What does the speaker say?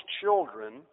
children